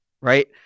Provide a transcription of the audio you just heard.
right